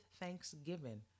thanksgiving